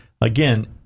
Again